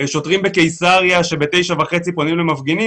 שוטרים בקיסריה שב-9:30 פונים למפגינים